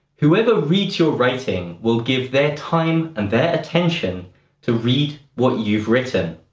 whoever reads your writing will give their time and their attention to read what you've written.